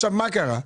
אבל עכשיו מה קרה?